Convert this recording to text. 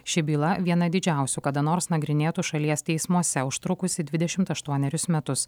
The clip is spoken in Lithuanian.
ši byla viena didžiausių kada nors nagrinėtų šalies teismuose užtrukusi dvidešimt aštuonerius metus